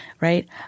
Right